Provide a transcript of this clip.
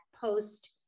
post